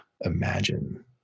imagine